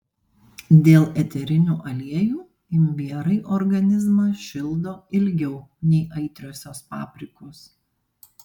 dėl eterinių aliejų imbierai organizmą šildo ilgiau nei aitriosios paprikos